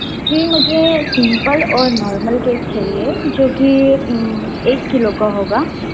जी मुझे सिंपल और normal cake चाहिए जो कि एक किलो का होगा